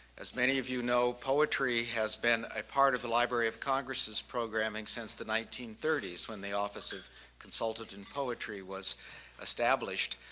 as many of you know poetry has been ah part of the library of congress's programing since the nineteen thirty s when the office consulted in poetry was established.